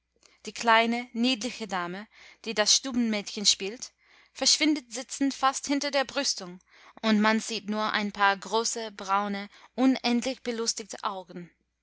die kleine niedliche dame die das stubenmädchen spielte verschwindet sitzend fast hinter der brüstung und man sieht nur ein paar große braune unendlich belustigte augen